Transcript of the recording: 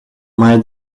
mai